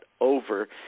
over